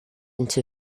into